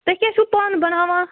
تُہۍ کیٛاہ چھُو پانہ بَناوان